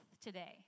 today